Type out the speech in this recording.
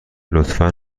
لطفا